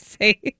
say